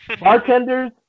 Bartenders